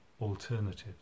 alternatives